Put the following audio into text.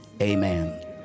amen